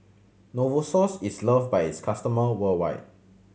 Novosource is loved by its customer worldwide